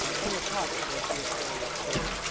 from the closet where she was hanging up skirts.